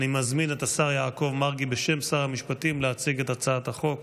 אני מזמין את השר יעקב מרגי להציג את הצעת החוק